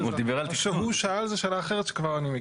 מה שהוא שאל זו שאלה אחרת שכבר אני מגיע.